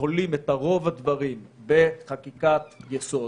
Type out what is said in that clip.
תולים את רוב הדברים בחקיקת יסוד,